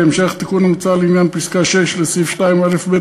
בהמשך לתיקון המוצע לעניין פסקה (6) לסעיף 2א(ב)